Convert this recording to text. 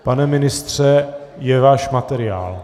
Pane ministře, je váš materiál.